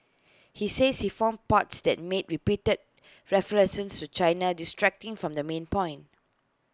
he says he found parts that made repeated references to China distracting from the main point